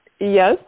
yes